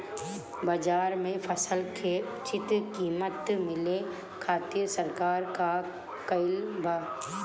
बाजार में फसल के उचित कीमत मिले खातिर सरकार का कईले बाऽ?